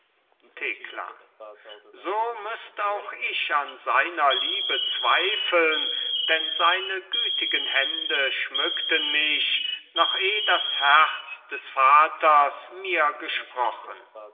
thekla so müßt auch ich an seiner liebe zweifeln denn seine gütigen hände schmückten mich noch eh das herz des vaters mir gesprochen